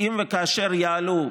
אם וכאשר יעלו,